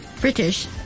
British